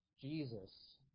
Jesus